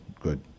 Good